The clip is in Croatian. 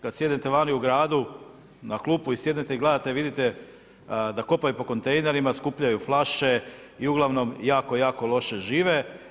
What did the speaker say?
Kad sjedite vani u gradu na klupi i sjednete i gledate i vidite da kopaju po kontejnerima, skupljaju flaše i uglavnom jako, jako loše žive.